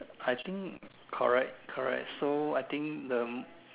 I think correct correct so I think the